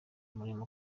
umurimo